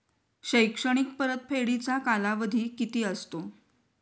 शैक्षणिक परतफेडीचा कालावधी किती असतो?